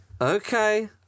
Okay